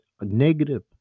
negative